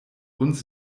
uns